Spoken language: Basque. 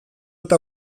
eta